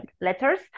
letters